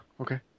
Okay